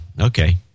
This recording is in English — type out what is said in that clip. Okay